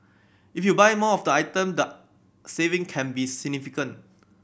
if you buy more of item the saving can be significant